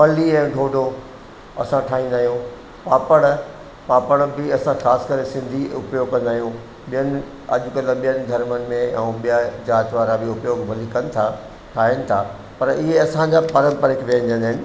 पल्ली ऐं ढोढो असां ठाहींदा आहियूं पापड़ पापड़ बि असां ख़ासि करे सिंधी उपयोग कंदा आहियूं ॿियनि अॼुकल्ह ॿियनि धर्मनि में ऐं ॿिया जाति वारा बि भली उपयोग कनि था ठाहीनि था पर इहे असांजा पारंपरिक व्यंजन आहिनि